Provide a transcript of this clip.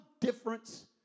difference